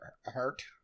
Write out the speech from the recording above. hurt